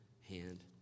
hand